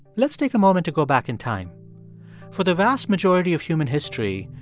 let's take a moment to go back in time for the vast majority of human history,